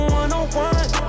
one-on-one